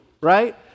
right